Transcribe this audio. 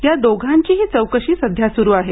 या दोघांचीही चौकशी सध्या सुरू आहे